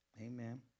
Amen